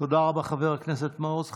תודה רבה, חבר הכנסת מעוז.